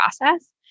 process